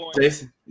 Jason